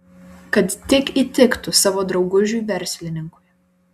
kad tik įtiktų savo draugužiui verslininkui